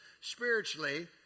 spiritually